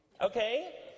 Okay